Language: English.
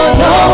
no